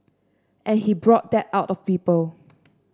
and he brought that out of people